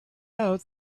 out